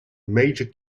major